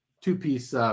Two-piece